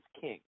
king